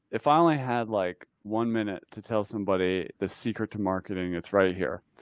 if i only had like one minute to tell somebody the secret to marketing, it's right here,